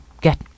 get